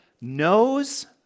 knows